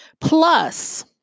Plus